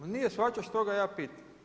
On nije shvaćao što ga ja pitam.